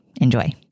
Enjoy